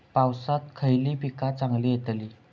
पावसात खयली पीका चांगली येतली?